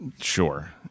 Sure